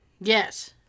Yes